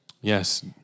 Yes